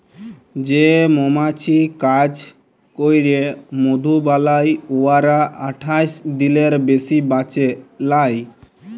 যে মমাছি কাজ ক্যইরে মধু বালাই উয়ারা আঠাশ দিলের বেশি বাঁচে লায়